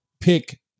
pick